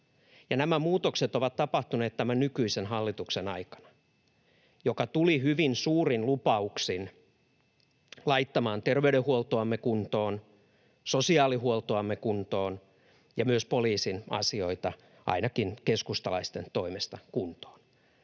nämä muutokset ovat tapahtuneet tämän nykyisen hallituksen aikana, joka tuli hyvin suurin lupauksin laittamaan terveydenhuoltoamme kuntoon, sosiaalihuoltoamme kuntoon ja myös poliisin asioita, ainakin keskustalaisten toimesta, kuntoon.